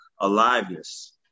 aliveness